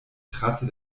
trasse